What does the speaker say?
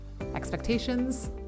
expectations